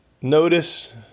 notice